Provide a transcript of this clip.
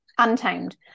Untamed